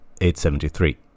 873